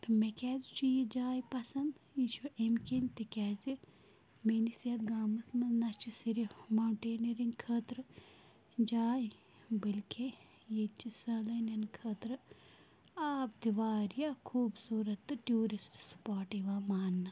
تہٕ مےٚ کیٛازِ چھُ یہِ جاے پَسنٛد یہِ چھُ اَمۍ کِن تِکیٛازِ میٛٲنِس یَتھ گامَس منٛز نَہ چھِ صِرف ماوٹینیرِنٛگ خٲطرٕ جاے بٔلکہِ ییٚتہِ چھِ سالٲنِیَن خٲطرٕ آب تہِ واریاہ خوٗبصوٗرَت تہٕ ٹیوٗرِسٹ سٕپاٹ یِوان مانٛنہٕ